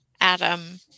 Adam